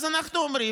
אז אנחנו אומרים,